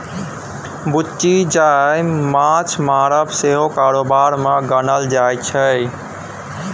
बुच्ची दाय माँछ मारब सेहो कारोबार मे गानल जाइ छै